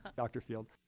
dr. field.